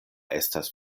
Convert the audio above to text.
estas